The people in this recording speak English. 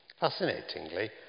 Fascinatingly